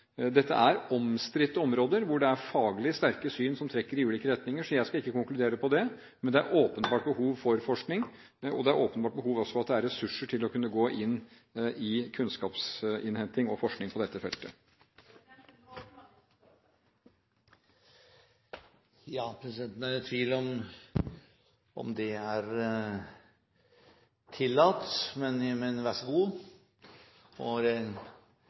Dette er omstridte områder hvor det er faglig sterke syn som trekker i ulike retninger. Så jeg skal ikke konkludere på det, men det er åpenbart behov for forskning, og det er også åpenbart behov for ressurser til å gå inn i kunnskapsinnhenting og forskning på dette feltet. President, til en åpenbar misforståelse. Presidenten er i tvil om det er tillatt, men,